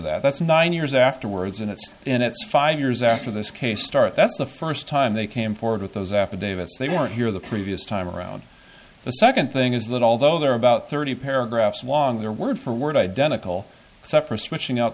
for that's nine years afterwards and it's in it's five years after this case start that's the first time they came forward with those affidavits they weren't here the previous time around the second thing is that although there are about thirty paragraphs along their word for word identical except for switching out